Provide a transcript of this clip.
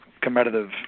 competitive